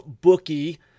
bookie